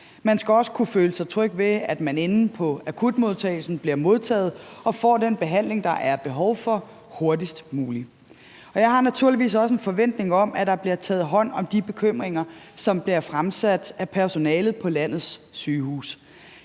Man skal også kunne føle sig tryg ved, at man inde på akutmodtagelsen bliver modtaget og får den behandling, der er behov for, hurtigst muligt. Jeg har naturligvis også en forventning om, at der bliver taget hånd om de bekymringer, som bliver fremsat af personalet på landets sygehuse.